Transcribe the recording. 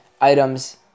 items